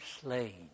slain